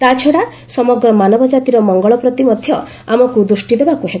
ତା'ଛଡ଼ା ସମଗ୍ର ମାନବଜାତିର ମଙ୍ଗଳ ପ୍ରତି ମଧ୍ୟ ଆମକୁ ଦୃଷ୍ଟି ଦେବାକୁ ହେବ